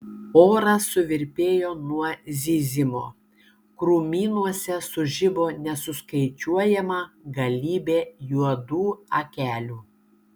oras suvirpėjo nuo zyzimo krūmynuose sužibo nesuskaičiuojama galybė juodų akelių